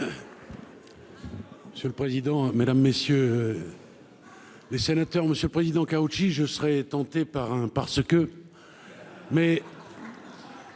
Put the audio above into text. Monsieur le président, Mesdames messieurs. Les sénateurs, monsieur le Président, Chaouchi, je serais tenté par un parce que mais.